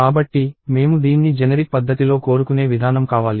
కాబట్టి మేము దీన్ని జెనెరిక్ పద్ధతిలో కోరుకునే విధానం కావాలి